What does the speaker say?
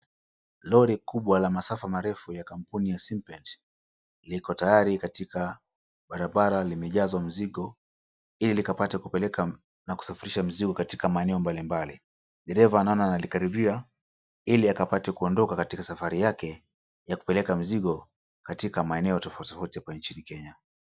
Lori kubwa la masafa marefu ya kampuni ya Simpet, liko tayari katika barabara limejazwa mizigo ili ikapate kupeleka na kusafirisha mizigo katika maeneo mbalimbali. Dereva naona analikaribia, ili akapate kuondoka katika safari yake ya kupeleka mizigo katika maeneo tofauti tofauti hapa nchini Kenya.